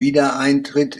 wiedereintritt